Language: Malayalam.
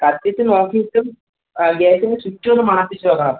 കത്തിച്ച് നോക്കീട്ടും ആ ഗ്യാസിൻ്റെ ചുറ്റും ഒന്ന് മണപ്പിച്ച് നോക്കണം